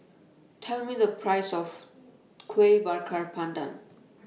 Tell Me The Price of Kueh Bakar Pandan